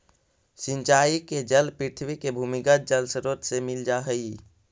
सिंचाई के जल पृथ्वी के भूमिगत जलस्रोत से मिल जा हइ